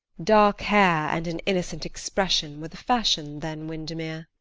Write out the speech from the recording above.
dark hair and an innocent expression were the fashion then, windermere!